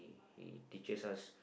he teaches us